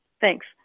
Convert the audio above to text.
Thanks